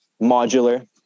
modular